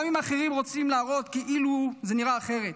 גם אם אחרים רוצים להראות כאילו זה נראה אחרת.